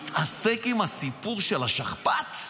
מתעסק עם הסיפור של השכפ"ץ?